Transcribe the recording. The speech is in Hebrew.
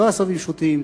לא עשבים שוטים,